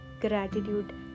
gratitude